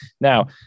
Now